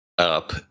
up